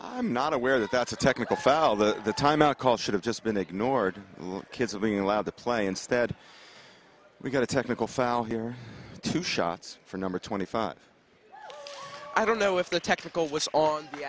i'm not aware that that's a technical foul that the timeout call should have just been ignored kids are being allowed to play instead we got a technical foul here two shots for number twenty five i don't know if the technical was on the